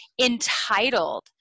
entitled